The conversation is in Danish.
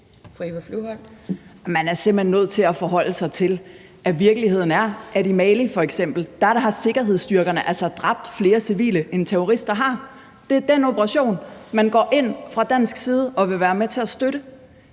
Man er simpelt hen nødt til at forholde sig til, at virkeligheden er, at sikkerhedsstyrkerne i Mali altså f.eks. har dræbt flere civile, end terrorister har. Det er den operation, man fra dansk side går ind og vil være med til at støtte,